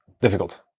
difficult